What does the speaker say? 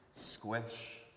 Squish